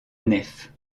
nef